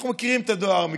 אנחנו מכירים את הדואר.